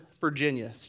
Virginia